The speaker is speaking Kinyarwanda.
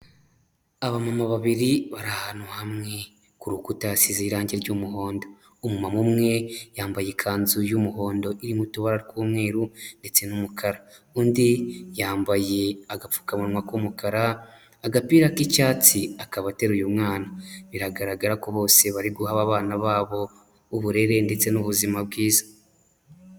Abamama babiri bari ahantu hamwe ku rukuta hasizeho irangi ry'umuhondo, umumama umwe yambaye ikanzu y'umuhondo iri mo utubara tw'umweru ndetse n'umukara, undi yambaye agapfukamunwa k'umukara, agapira k'icyatsi akaba ateruye umwana, biragaragara ko bose bari guha abana babo uburere ndetse n'ubuzima bwiza.